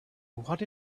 what